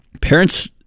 Parents